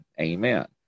Amen